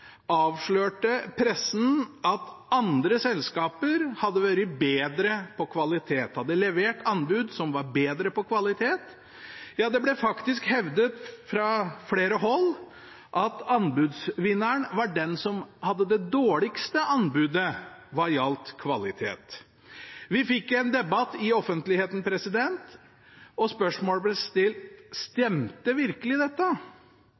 avslørte pressen at andre selskaper hadde vært bedre på kvalitet – hadde levert anbud som var bedre på kvalitet. Ja, det ble faktisk hevdet fra flere hold at anbudsvinneren var den som hadde det dårligste anbudet hva gjaldt kvalitet. Vi fikk en debatt i offentligheten, og spørsmålet ble stilt: Stemte virkelig dette?